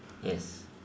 yes